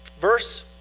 verse